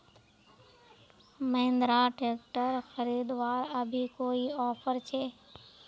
Mahindra tractor खरीदवार अभी कोई ऑफर छे?